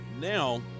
Now